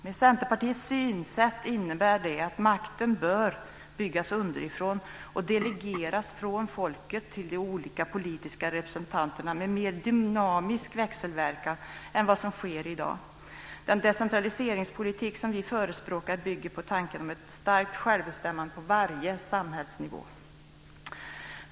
Med Centerpartiets synsätt innebär det att makten bör byggas underifrån och delegeras från folket till de olika politiska representanterna med en mer dynamisk växelverkan än vad som sker i dag. Den decentraliseringspolitik som vi förespråkar bygger på tanken om ett starkt självbestämmande på varje samhällsnivå.